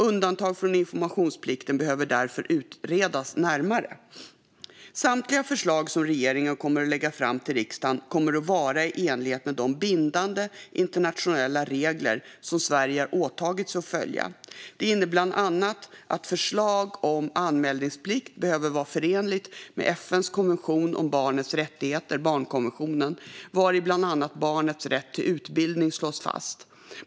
Undantag från informationsplikten behöver därför utredas närmare. Samtliga förslag som regeringen kommer att lägga fram till riksdagen kommer att vara i enlighet med de bindande internationella regler som Sverige har åtagit sig att följa. Det innebär bland annat att ett förslag om anmälningsplikt behöver vara förenligt med FN:s konvention om barnets rättigheter - barnkonventionen - vari bland annat barnets rätt till utbildning slås fast.